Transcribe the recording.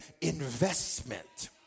investment